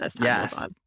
Yes